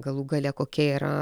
galų gale kokia yra